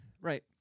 Right